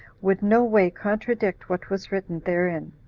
would no way contradict what was written therein.